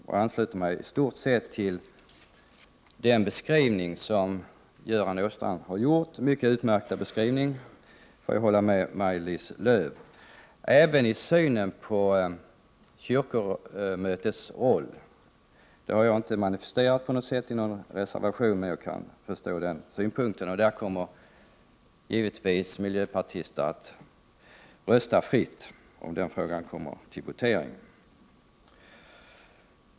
Jag ansluter mig i stort sett till den beskrivning som Göran Åstrand har gjort. Jag får hålla med Maj-Lis Lööw om att det är en utmärkt beskrivning. Detta gäller även synen på kyrkomötets roll. Jag har inte i någon reservation manifesterat detta. Jag kan emellertid förstå synpunkten. Miljöpartisterna kommer givetvis att rösta fritt om den frågan kommer upp till votering.